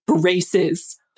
braces